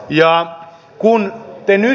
ja kun teini